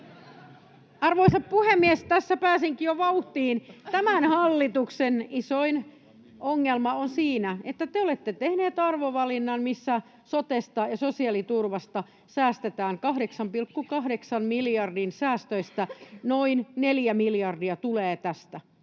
Arvoisa puhemies! Tässä pääsinkin jo vauhtiin. — Tämän hallituksen isoin ongelma on siinä, että te olette tehneet arvovalinnan, missä sotesta ja sosiaaliturvasta säästetään. 8,8 miljardin säästöistä noin neljä miljardia tulee tästä.